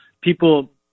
people